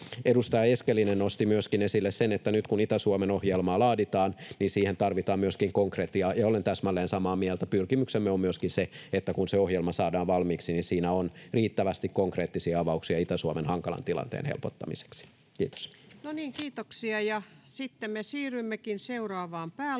Edustaja Eskelinen nosti esille myöskin sen, että nyt, kun Itä-Suomen ohjelmaa laaditaan, niin siihen tarvitaan myöskin konkretiaa, ja olen täsmälleen samaa mieltä. Pyrkimyksemme on myöskin se, että kun se ohjelma saadaan valmiiksi, niin siinä on riittävästi konkreettisia avauksia Itä-Suomen hankalan tilanteen helpottamiseksi. — Kiitos. [Speech 404] Speaker: Ensimmäinen